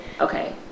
Okay